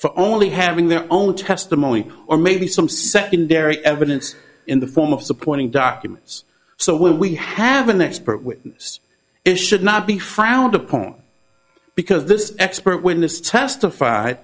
for only having their own testimony or maybe some secondary evidence in the form of supporting documents so when we have an expert witness it should not be frowned upon because this expert witness testif